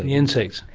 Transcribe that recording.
and insects.